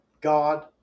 God